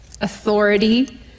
authority